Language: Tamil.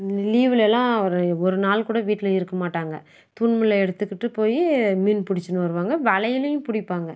லீவ்வில் எல்லாம் ஒரு நாள் கூட வீட்டில் இருக்க மாட்டாங்க தூண்டிமுள்ள எடுத்துட்டுப்போயி மீன் பிடிச்சுன்னு வருவாங்க வலையிலேயும் பிடிப்பாங்க